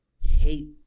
hate